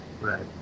right